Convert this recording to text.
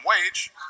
wage